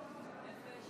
56